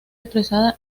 expresada